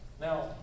Now